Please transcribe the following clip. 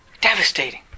Devastating